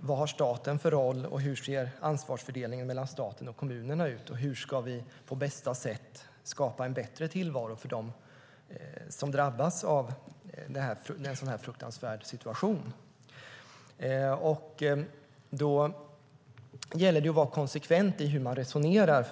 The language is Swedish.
vad staten har för roll och hur ansvarsfördelningen mellan staten och kommunerna ser ut samt hur vi på bästa sätt kan skapa en bättre tillvaro för dem som hamnar i en sådan fruktansvärd situation. Då gäller det att vara konsekvent i hur man resonerar.